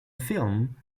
film